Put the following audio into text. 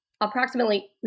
approximately